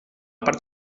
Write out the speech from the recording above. part